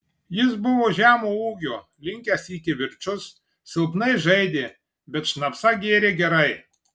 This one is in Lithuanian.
jis buvo žemo ūgio linkęs į kivirčus silpnai žaidė bet šnapsą gėrė gerai